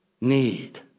need